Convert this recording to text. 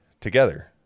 together